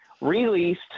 released –